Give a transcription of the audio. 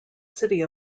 city